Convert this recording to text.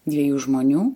dviejų žmonių